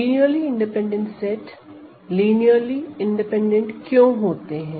linearly independent set linearly independent क्यों होते हैं